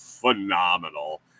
phenomenal